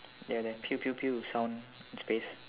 they have the sound in space